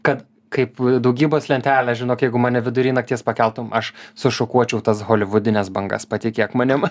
kad kaip daugybos lentelė žinok jeigu mane vidury nakties pakeltum aš sušukuočiau tas holivudines bangas patikėk manim